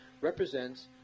represents